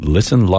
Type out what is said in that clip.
Listen